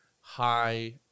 high